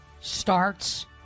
starts